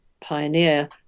pioneer